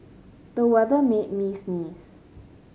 the weather made me sneeze